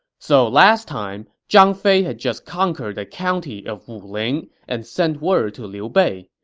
so, last time, zhang fei had just conquered the county of wuling and sent word to liu bei.